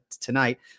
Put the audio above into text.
tonight